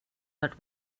but